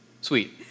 Sweet